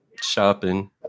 shopping